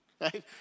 Right